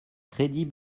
crédits